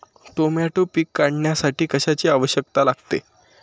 Tomato पीक काढण्यासाठी कशाची आवश्यकता लागते?